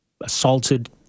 assaulted